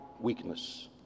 weakness